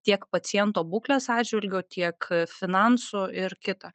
tiek paciento būklės atžvilgiu tiek finansų ir kita